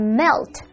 melt